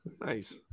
Nice